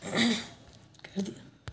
फेरु